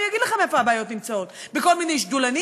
אני אגיד לכם איפה הבעיות נמצאות: בכל מיני שדלנים